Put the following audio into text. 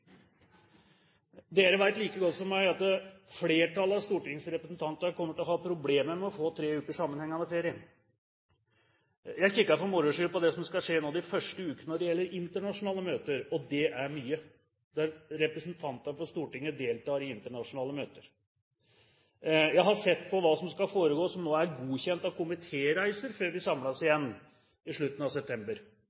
Dere vet like godt som meg at flertallet av stortingsrepresentantene kommer til å ha problemer med å få tre ukers sammenhengende ferie. Jeg kikket for moro skyld på det som skal skje nå de første ukene når det gjelder internasjonale møter, der representanter for Stortinget deltar, og det er mye. Jeg har sett på hva som skal foregå, og som nå er godkjent av komitéreiser før vi